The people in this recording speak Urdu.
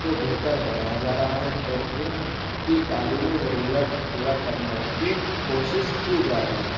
کو بہتر بنایا جا رہا ہے اور ان کی تعلیمی ضروریات کو پورا کرنے کی کوشش کی جا رہی ہے